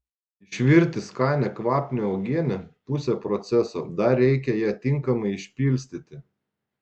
išvirti skanią kvapnią uogienę pusė proceso dar reikia ją tinkamai išpilstyti